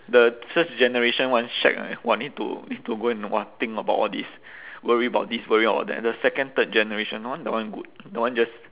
the first generation one shag ah !wah! need to need to go and !wah! think about all this worry about this worry about that the second third generation one that one good that one just